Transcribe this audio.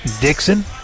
Dixon